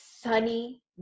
sunny